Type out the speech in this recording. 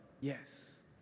yes